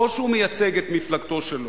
או שהוא מייצג את מפלגתו שלו?